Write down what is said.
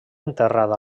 enterrada